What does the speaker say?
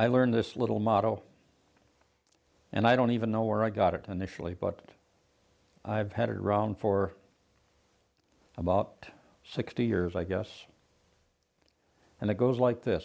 i learned this little model and i don't even know where i got it and they flee but i have had a round for about sixty years i guess and it goes like this